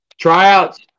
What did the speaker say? tryouts